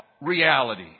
reality